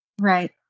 Right